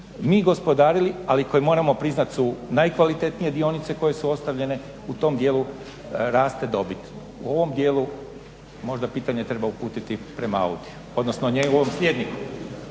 mi gospodarili, ali koji moramo priznat su najkvalitetnije dionice koje su ostavljene, u tom dijelu raste dobit. U ovom dijelu možda pitanje treba uputiti prema AUDIO-u, odnosno njegovom sljedniku.